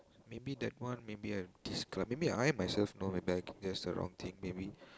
maybe that one maybe I describe maybe I myself know it back guess the wrong thing maybe